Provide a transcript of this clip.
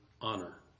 honor